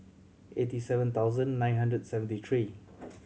eighty seven thousand nine hundred seventy three